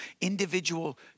Individual